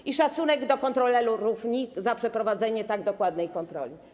I szacunek do kontrolerów NIK za przeprowadzenie tak dokładnej kontroli.